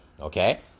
okay